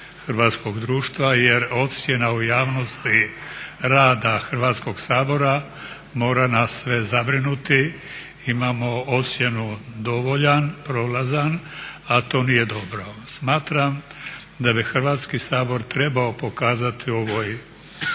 hrvatskog društva jer ocjena u javnosti rada Hrvatskog sabora mora nas sve zabrinuti. Imamo ocjenu dovoljan, prolazan a to nije dobro. Smatram da bi Hrvatski sabor trebao pokazati u ovoj